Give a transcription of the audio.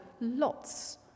lots